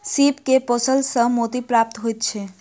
सीप के पोसला सॅ मोती प्राप्त होइत छै